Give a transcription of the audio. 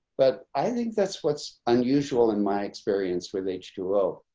but i think that's what's unusual in my experience with h two o.